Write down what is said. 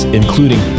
including